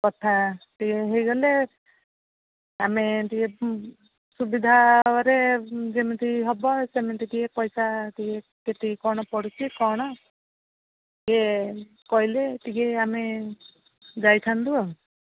କଥା ଟିକେ ହେଇ ଗଲେ ଆମେ ଟିକେ ସୁବିଧା ଭାବରେ ଯେମିତି ହେବ ସେମିତି ଟିକେ ପଇସା ଟିକେ କେତିକି କ'ଣ ପଡ଼ୁଛି କ'ଣ ଇଏ କହିଲେ ଟିକେ ଆମେ ଯାଇଥାନ୍ତୁ ଆଉ